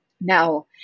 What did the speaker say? Now